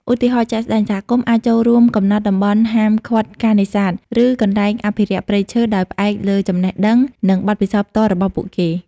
ឧទាហរណ៍ជាក់ស្ដែង សហគមន៍អាចចូលរួមកំណត់តំបន់ហាមឃាត់ការនេសាទ ឬកន្លែងអភិរក្សព្រៃឈើ ដោយផ្អែកលើចំណេះដឹង និងបទពិសោធន៍ផ្ទាល់របស់ពួកគេ។